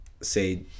say